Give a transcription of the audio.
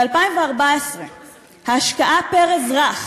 ב-2014 ההשקעה פר-אזרח